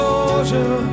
Soldier